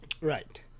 right